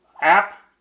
app